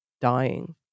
dying